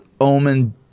Omen